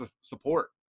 support